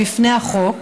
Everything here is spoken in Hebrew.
בפני החוק,